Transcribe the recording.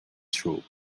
through